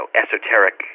esoteric